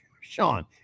Sean